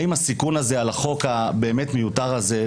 האם הסיכון הזה על החוק הבאמת מיותר הזה,